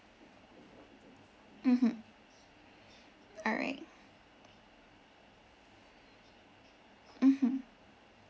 mmhmm all right mmhmm